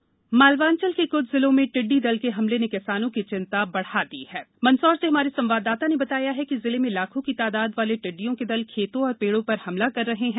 टिडडी दल मालवांचल के कुछ जिलों में टिड्डी दल के हमले ने किसानों की चिंता बढ़ा दी हण मंदसौर से हमारे संवाददाता ने बताया हण कि जिले में लाखों की तादाद वाले टिड्डियों के दल खेतों और पेड़ों पर हमला कर रहे हैं